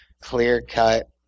clear-cut